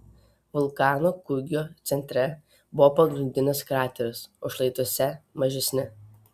vulkano kūgio centre buvo pagrindinis krateris o šlaituose mažesni